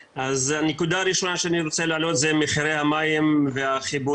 הנקודה הראשונה שאני רוצה להעלות זה מחירי המים והחיבורים,